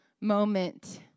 moment